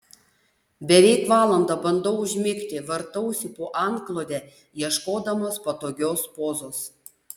beveik valandą bandau užmigti vartausi po antklode ieškodamas patogios pozos